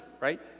Right